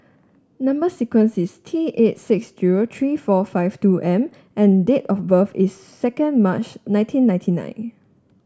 number sequence is T eight six zero three four five two M and date of birth is second March nineteen ninety nine